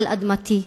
על אדמתי.